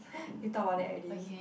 you talk about that already